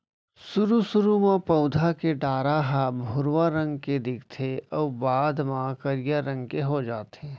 सुरू सुरू म पउधा के डारा ह भुरवा रंग के दिखथे अउ बाद म करिया रंग के हो जाथे